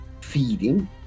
Feeding